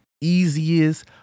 easiest